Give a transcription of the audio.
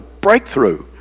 breakthrough